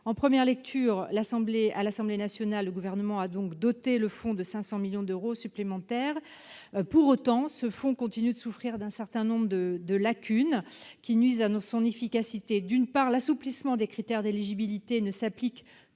En conséquence, à l'Assemblée nationale, le Gouvernement a doté le fonds de 500 millions d'euros supplémentaires. Pour autant, ce fonds continue de souffrir d'un certain nombre de lacunes, qui nuisent à son efficacité. D'une part, l'assouplissement des critères d'éligibilité s'applique